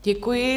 Děkuji.